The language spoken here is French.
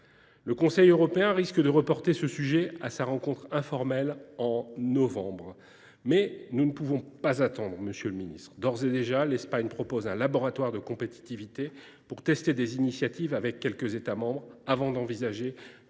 Le Conseil européen risque de reporter ce sujet à sa rencontre informelle en novembre, mais nous ne pouvons pas attendre, monsieur le ministre ! D’ores et déjà, l’Espagne propose un « laboratoire de compétitivité » pour tester des initiatives avec quelques États membres avant d’envisager